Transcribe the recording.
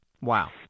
Wow